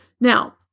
Now